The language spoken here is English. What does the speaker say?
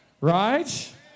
Right